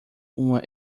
uma